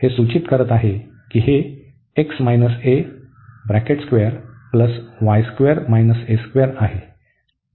हे सूचित करत आहे की हे आहे